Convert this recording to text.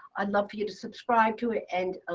i'd love you to subscribe to it and ah